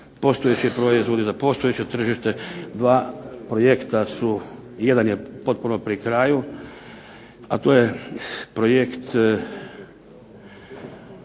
postojeći proizvodi za postojeće tržište, dva projekta su. Jedan je potpuno pri kraju a to je projekt